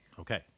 Okay